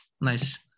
nice